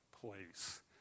place